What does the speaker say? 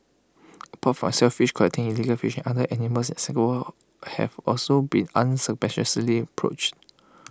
apart from shellfish collecting and illegal fishing other animals in Singapore have also been unscrupulously poached